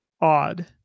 odd